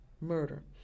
murder